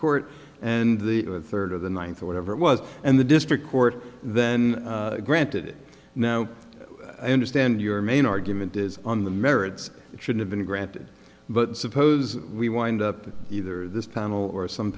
court and the third of the ninth or whatever it was and the district court then granted now i understand your main argument is on the merits it should have been granted but suppose we wind up either this panel or some